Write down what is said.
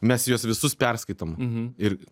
mes juos visus perskaitom ir